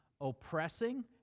oppressing